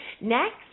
Next